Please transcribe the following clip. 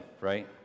right